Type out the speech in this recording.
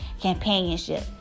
companionship